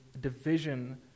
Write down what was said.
division